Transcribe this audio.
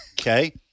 Okay